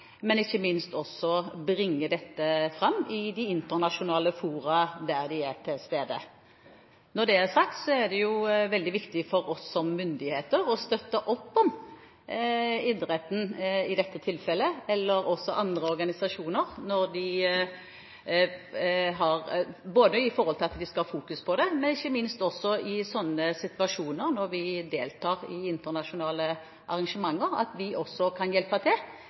men ikke minst bringer dette fram i de internasjonale fora der det er til stede. Når det er sagt, er det veldig viktig for oss som myndigheter å støtte opp om idretten, og også andre organisasjoner, i dette tilfellet – både at de skal ha fokus på det, og ikke minst når vi deltar i internasjonale arrangementer, at vi også kan hjelpe til